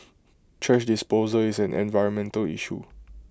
thrash disposal is an environmental issue